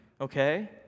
okay